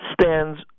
stands